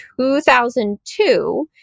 2002